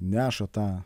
neša tą